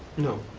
no.